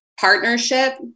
partnership